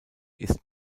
ist